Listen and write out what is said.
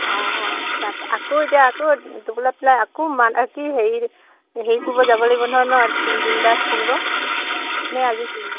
অঁ অঁ তাৰপা আকৌ এতিয়া আকৌ দুগোলা পেলাই আকৌ মান কি হেৰি হেৰি কৰিব যাব লাগিব নহয় ন দিন বাৰ চিনিব নে আজি